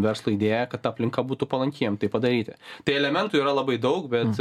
verslo idėją kad ta aplinka būtų palanki jiem tai padaryti tai elementų yra labai daug bet